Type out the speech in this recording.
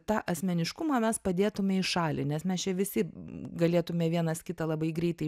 tą asmeniškumą mes padėtume į šalį nes mes čia visi galėtume vienas kitą labai greitai